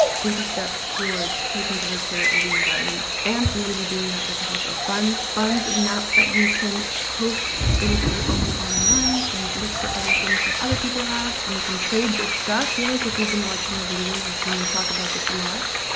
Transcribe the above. baby steps towards taking better care of the environment and i'm going to be doing that with the help of bunz. bunz, is an app that you can post things that you own online and look for other things that other people have, and you can trade your stuff. feel like if you've been watching my videos you see me talk about this a lot,